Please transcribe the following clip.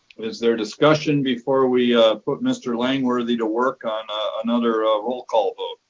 is there discussion before we put mr langworthy to work on another roll call vote?